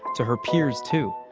to her peers too.